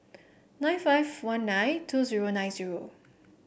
nine five one nine two zero nine zero